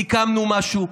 סיכמנו משהו,